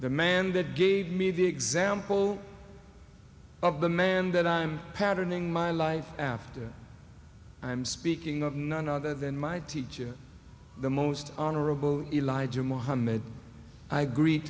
the man that gave me the example of the man that i'm patterning my life after i'm speaking of none other than my teacher the most honorable elijah mohammed i gree